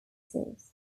services